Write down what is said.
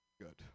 Good